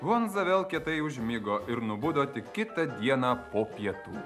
honza vėl kietai užmigo ir nubudo tik kitą dieną po pietų